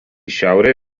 šiaurę